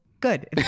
good